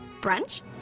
Brunch